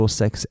sex